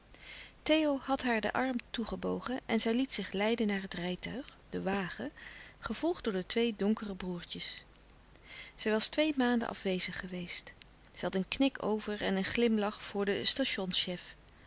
theo had haar den arm toegebogen en zij liet zich leiden naar het rijtuig de wagen gevolgd door de twee donkere broêrtjes zij was twee maanden afwezig geweest zij had een knik over en een glimlach voor den